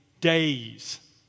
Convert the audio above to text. days